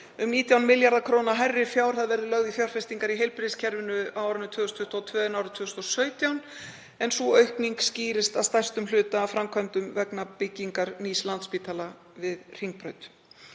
Um 19 milljörðum kr. hærri fjárhæð verður lögð í fjárfestingar í heilbrigðiskerfinu á árinu 2022 en árið 2017 en sú aukning skýrist að stærstum hluta af framkvæmdum vegna byggingar nýs Landspítala við Hringbraut.